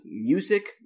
music